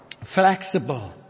flexible